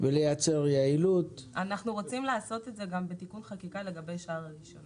אנחנו רוצים לעשות את זה גם בתיקון חקיקה לגבי שאר הרישיונות.